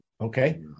Okay